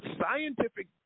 scientific